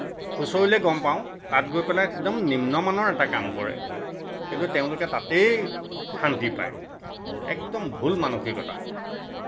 খোচৰিলেই গম পাওঁ তাত গৈ পেলাই একদম নিম্ন মানৰ কাম এটা কৰে কিন্তু তেওঁলোকে তাতেই শান্তি পায় একদম ভুল মানসিকতা